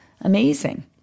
amazing